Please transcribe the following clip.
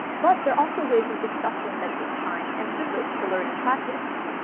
but they're also ways of discussion that take time and privilege to learn and practice.